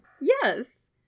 Yes